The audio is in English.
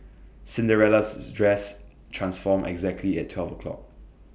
Cinderella's dress transformed exactly at twelve o'clock